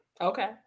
Okay